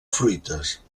fruites